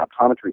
optometry